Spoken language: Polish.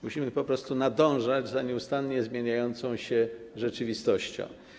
Musimy po prostu nadążać za nieustannie zmieniającą się rzeczywistością.